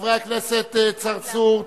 חברי הכנסת צרצור,